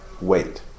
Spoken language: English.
wait